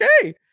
okay